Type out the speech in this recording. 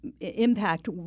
impact